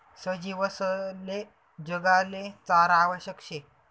सजीवसले जगाले चारा आवश्यक शे